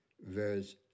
verse